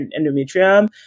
endometrium